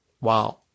Wow